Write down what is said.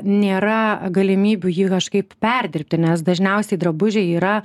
nėra galimybių jį kažkaip perdirbti nes dažniausiai drabužiai yra